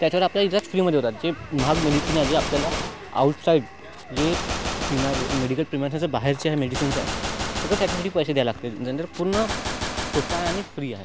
त्याच्यावर आपला इलाज फ्रीमध्ये होतात जे महाग मेडिसीन आहे जे आपल्याला आउटसाईड जे प्रिमायसेस मेडिकल प्रिमायसेसच्या बाहेरचे हे मेडिसीन्स आहेत फक्त त्याच्यासाठी पैसे द्यायला लागतील नाहीतर पूर्ण सोप्पं आहे आणि फ्री आहे